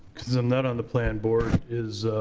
because i'm not on the planning board is,